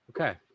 Okay